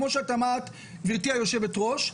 כפי שאת אמרת גברתי היושבת ראש,